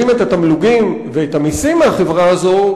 התמלוגים ואת המסים מהחברה הזאת,